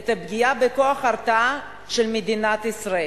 את הפגיעה בכוח ההרתעה של מדינת ישראל.